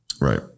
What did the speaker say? Right